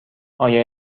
آیا